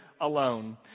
alone